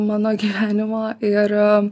mano gyvenimo ir